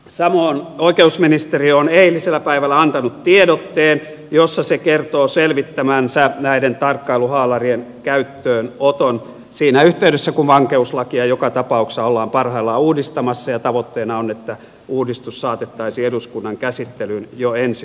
samoin oikeusministeriö on eilisenä päivänä antanut tiedotteen jossa se kertoo selvittävänsä näiden tarkkailuhaalarien käyttöönoton siinä yhteydessä kun vankeuslakia joka tapauksessa ollaan parhaillaan uudistamassa ja tavoitteena on että uudistus saatettaisiin eduskunnan käsittelyyn jo ensi syksynä